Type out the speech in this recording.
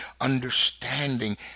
understanding